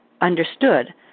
understood